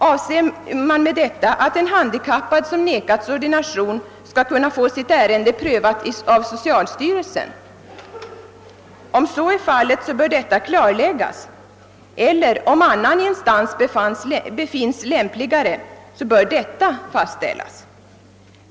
Avser man med detta att en handikappad som vägrats ordination skall kunna få sitt ärende prövat av socialstyrelsen? Om så är fallet bör detta klarläggas, eller om annan instans befinns lämpligare bör detta fastställas.